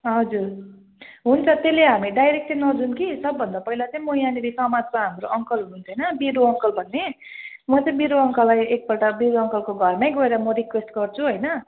हजुर हुन्छ त्यसले हामी डाइरेक्ट चाहिँ नजाऊँ कि सब भन्दा पहिला चाहिँ म यहाँनेर समाजमा हाम्रो अङ्कल हुनु हुन्छ होइन बिरु अङ्कल भन्ने म चाहिँ मेरो अङ्कललाई एक पल्ट बिरु अङ्कलको घरमै गएर म रिक्वेस्ट गर्छु होइन